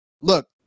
look